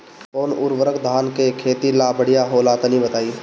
कौन उर्वरक धान के खेती ला बढ़िया होला तनी बताई?